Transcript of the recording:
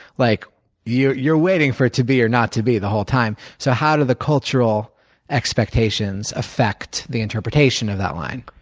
like you're waiting you're waiting for to be or not to be the whole time. so how do the cultural expectations affect the interpretation of that line?